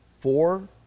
four